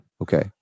Okay